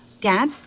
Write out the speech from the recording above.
Dad